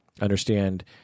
understand